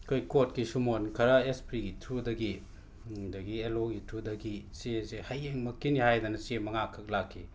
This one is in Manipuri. ꯑꯩꯈꯣꯏ ꯀꯣꯠꯀꯤ ꯁꯨꯝꯃꯣꯟ ꯈꯔ ꯑꯦꯁ ꯄꯤꯒꯤ ꯊ꯭ꯔꯨꯗꯒꯤ ꯑꯗꯒꯤ ꯑꯦꯜ ꯑꯣꯒꯤ ꯊ꯭ꯔꯨꯗꯒꯤ ꯆꯦꯁꯦ ꯍꯌꯦꯡꯃꯛꯀꯤꯅꯤ ꯍꯥꯏꯗꯅ ꯆꯦ ꯃꯉꯥꯈꯛ ꯂꯥꯛꯈꯤ